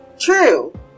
true